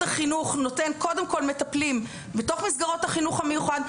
החינוך נותן קודם כול מטפלים במסגרות החינוך המיוחד.